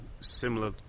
similar